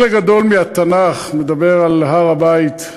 חלק גדול מהתנ"ך מדבר על הר-הבית,